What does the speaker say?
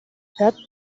hört